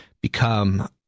become